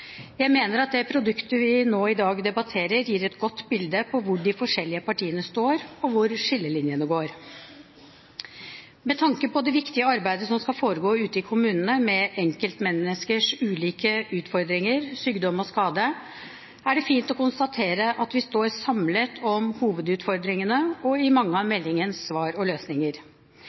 Jeg mener at det produktet vi nå i dag debatterer, gir et godt bilde på hvor de forskjellige partiene står og hvor skillelinjene går. Med tanke på det viktige arbeidet som skal foregå ute i kommunene med enkeltmenneskers ulike utfordringer, sykdom og skade, er det fint å konstatere at vi står samlet om hovedutfordringene og mange av